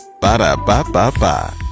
Ba-da-ba-ba-ba